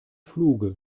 fluge